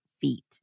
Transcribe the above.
feet